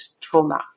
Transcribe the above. trauma